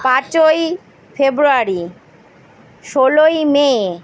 পাঁচই ফেব্রুয়ারি ষোলোই মে